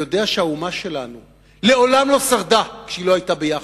ויודע שהאומה שלנו מעולם לא שרדה כשהיא לא היתה ביחד,